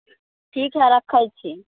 ठीक है रखै छी